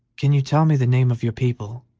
can you tell me the name of your people,